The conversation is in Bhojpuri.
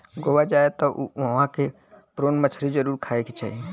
गोवा जाए त उहवा के प्रोन मछरी जरुर खाए के चाही